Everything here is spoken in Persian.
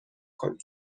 کنین